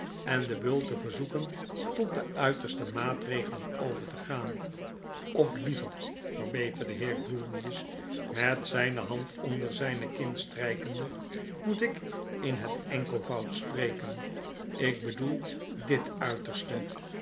en den beul te verzoeken tot de uiterste maatregelen over te gaan of liever verbeterde de heer grewgious met zyne hand onder zyne kin strykende moet ik in het enkelvoud spreken ik bedoel dit uiterste